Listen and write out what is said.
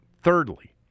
Thirdly